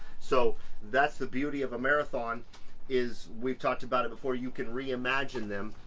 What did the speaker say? so that's the beauty of a marathon is we've talked about it before. you can reimagine them.